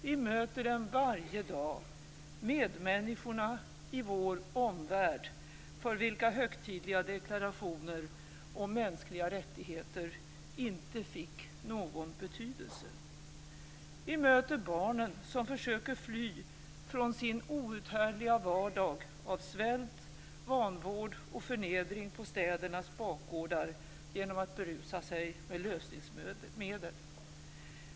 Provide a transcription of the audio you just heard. Vi möter dem varje dag, medmänniskorna i vår omvärld, för vilka högtidliga deklarationer om mänskliga rättigheter inte fick någon betydelse. Vi möter barnen som försöker fly från sin outhärdliga vardag av svält, vanvård och förnedring på städernas bakgårdar genom att berusa sig på lösningsmedel.